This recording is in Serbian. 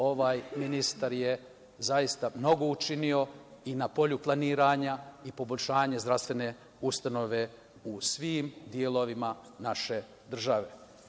Ovaj ministar je zaista mnogo učinio i na polju planiranja i poboljšanja zdravstvene ustanove u svim delovima naše države.